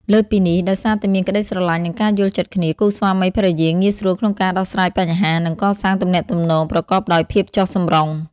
លើសពីនេះ ដោយសារតែមានក្តីស្រលាញ់ និងការយល់ចិត្តគ្នា គូស្វាមីភរិយាងាយស្រួលក្នុងការដោះស្រាយបញ្ហា និងកសាងទំនាក់ទំនងប្រកបដោយ ភាពចុះសម្រុង។